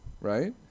right